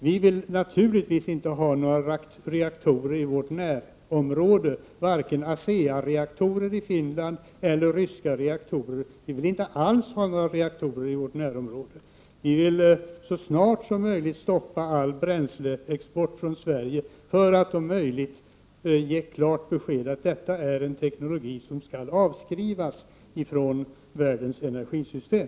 Vi vill naturligtvis inte alls ha några reaktorer i vårt närområde, varken ASEA-reaktorer i Finland eller ryska reaktorer. Vi vill så snart som möjligt stoppa all bränsleexport från Sverige för att om möjligt ge klart besked om att detta är en teknologi som skall avskrivas från världens energisystem.